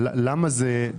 אבל למה זה?